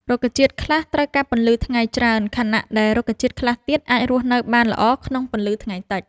រុក្ខជាតិខ្លះត្រូវការពន្លឺថ្ងៃច្រើន ខណៈដែលរុក្ខជាតិខ្លះទៀតអាចរស់នៅបានល្អក្នុងពន្លឺថ្ងៃតិច។